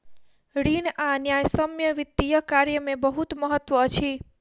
ऋण आ न्यायसम्यक वित्तीय कार्य में बहुत महत्त्व अछि